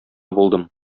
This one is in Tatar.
булдым